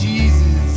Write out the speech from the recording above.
Jesus